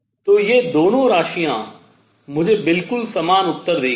तो ये दोनों राशियां मुझे बिल्कुल समान उत्तर देंगी